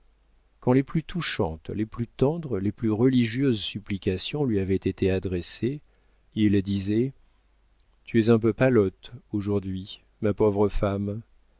quand les plus touchantes les plus tendres les plus religieuses supplications lui avaient été adressées il disait tu es un peu pâlotte aujourd'hui ma pauvre femme